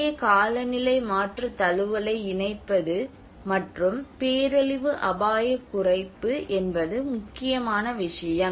ஏ காலநிலை மாற்ற தழுவலை இணைப்பது மற்றும் பேரழிவு அபாயக் குறைப்பு என்பது முக்கியமான விஷயம்